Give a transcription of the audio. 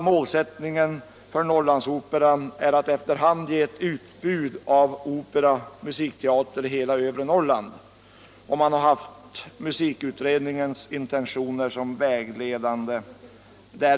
Målsättningen för Norrlandsoperan är att efter hand ge ett utbud av opera och musikteater i hela övre Norrland. Man har därvid haft musikutredningens intentioner som vägledande.